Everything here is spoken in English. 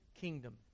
kingdom